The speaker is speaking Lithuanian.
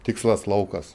tikslas laukas